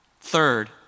Third